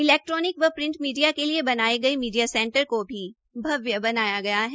electronic व print media के लिए बनाया गया मीडिया सेंटर को भी भव्य बनाया गया है